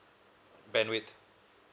bandwidth